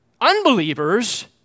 Unbelievers